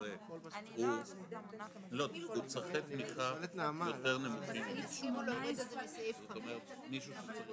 אולי ננסה גם לפתור